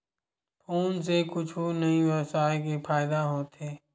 Phone से कुछु ई व्यवसाय हे फ़ायदा होथे?